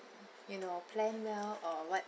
you know planned well or what